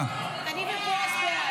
לנקות אותה,